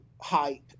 hype